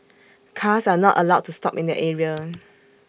cars are not allowed to stop in that area